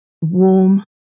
warm